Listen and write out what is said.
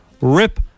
rip